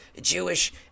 Jewish